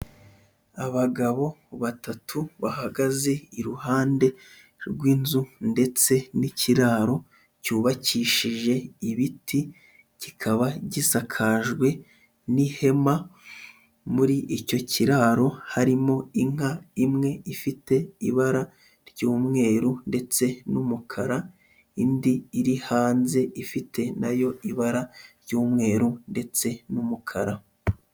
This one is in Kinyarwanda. Abagabo batatu bahagaze iruhande rw'inzu ndetse n'ikiraro cyubakishije ibiti kikaba gisakajwe n'ihema, muri icyo kiraro harimo inka imwe ifite ibara ry'umweru ndetse n'umukara indi iri hanze ifite nayo ibara ry'umweru ndetse n'umukara.